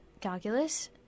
calculus